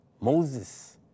Moses